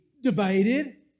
debated